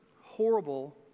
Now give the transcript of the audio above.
horrible